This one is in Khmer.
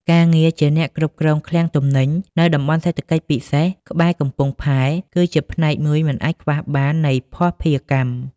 ការងារជាអ្នកគ្រប់គ្រងឃ្លាំងទំនិញ នៅតំបន់សេដ្ឋកិច្ចពិសេសក្បែរកំពង់ផែ គឺជាផ្នែកមួយមិនអាចខ្វះបាននៃភស្តុភារកម្ម។